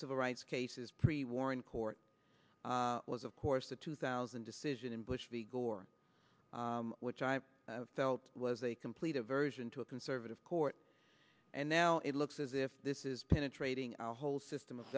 civil rights cases pre war in court was of course the two thousand decision in bush v gore which i felt was a complete aversion to a conservative court and now it looks as if this is penetrating our whole system of